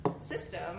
system